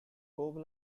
kobe